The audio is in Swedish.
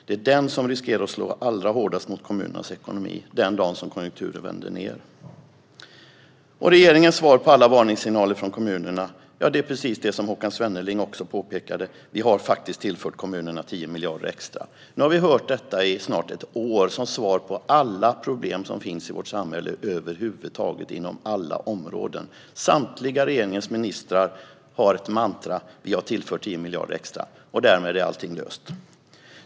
Det är den som riskerar att slå allra hårdast mot kommunernas ekonomi den dagen konjunkturen vänder ned. Regeringens svar på alla varningssignaler från kommunerna är detsamma som också Håkan Svenneling framhöll, nämligen att man faktiskt har tillfört kommunerna 10 miljarder extra. Nu har vi hört detta i snart ett år som svar på alla problem som finns på alla områden i vårt samhälle. Samtliga regeringens ministrar har ett mantra: Vi har tillfört 10 miljarder! Och därmed tror man att allt är löst.